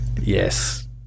Yes